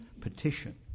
petition